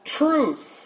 truth